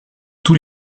tous